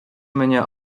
mnie